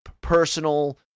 personal